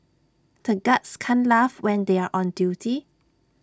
the guards can't laugh when they are on duty